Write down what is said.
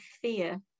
fear